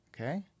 Okay